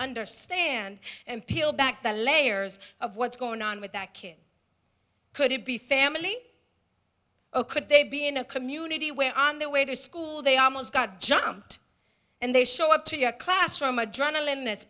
understand and peel back the layers of what's going on with that kid could it be family could they be in a community where on their way to school they almost got jumped and they show up to your classroom adrenalin